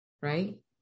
right